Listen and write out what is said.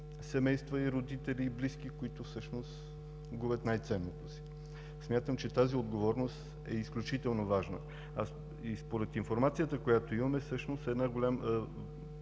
семейства, родители и близки, които всъщност губят най-ценното си. Смятам, че тази отговорност е изключително важна. Според информацията, която имаме, всъщност по този